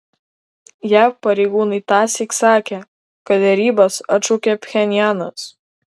jav pareigūnai tąsyk sakė kad derybas atšaukė pchenjanas